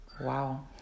wow